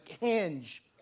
hinge